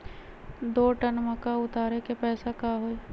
दो टन मक्का उतारे के पैसा का होई?